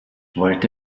wollte